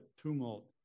tumult